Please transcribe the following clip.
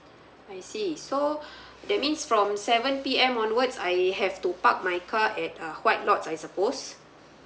I see so that means from seven P_M onwards I have to park my car at uh white lot I suppose